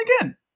again